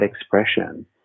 expression